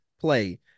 play